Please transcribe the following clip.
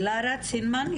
לרה צינמן,